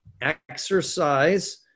exercise